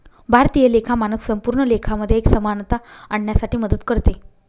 भारतीय लेखा मानक संपूर्ण लेखा मध्ये एक समानता आणण्यासाठी मदत करते